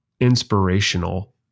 inspirational